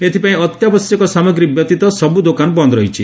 ଏଥିପାଇଁ ଅତ୍ୟାବଶ୍ୟକ ସାମଗ୍ରୀ ବ୍ୟତୀତ ସବ୍ ଦୋକାନ ବନ୍ଦ ରହିଛି